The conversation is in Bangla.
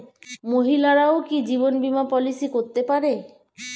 মহিলারাও কি জীবন বীমা পলিসি করতে পারে?